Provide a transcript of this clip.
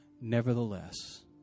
Nevertheless